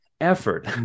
effort